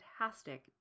fantastic